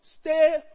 stay